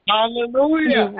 Hallelujah